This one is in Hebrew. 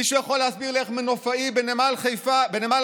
מישהו יכול להסביר לי איך מנופאי בנמל אשדוד